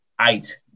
eight